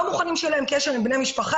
לא מוכנים שיהיה להם קשר עם בני משפחה,